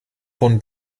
von